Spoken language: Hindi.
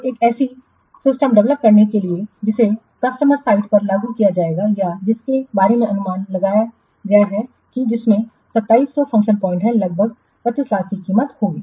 तो एक ऐसी सिस्टमडेवलप करने के लिए जिसे कस्टमर साइट पर लागू किया जाएगा या जिसके बारे में अनुमान लगाया गया है कि जिसमें 2700 फ़ंक्शन बिंदु हैं लगभग 25 की कीमत होगी